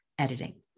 editing